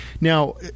Now